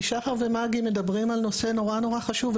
כי שחר ומגי מדברים על נושא נורא נורא חשוב,